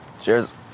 Cheers